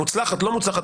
מוצלחת או לא מוצלחת,